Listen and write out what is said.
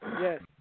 Yes